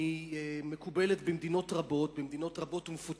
היא מקובלת במדינות רבות ומפותחות,